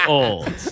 old